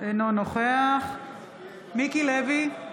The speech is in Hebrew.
אינו נוכח מיקי לוי,